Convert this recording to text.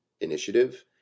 initiative